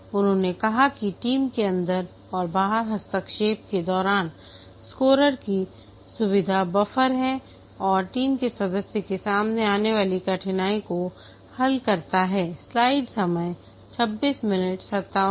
उन्होंने कहा कि टीम के अंदर और बाहर हस्तक्षेप के दौरान स्कोरर की सुविधा बफर है और टीम के सदस्यों के सामने आने वाली कठिनाइयों को हल करता है